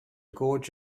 gorge